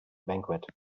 banquet